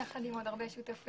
יחד עם עוד הרבה שותפים.